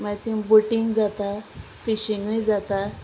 मागीर तीं बोटींग जाता फिशींगय जाता